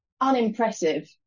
unimpressive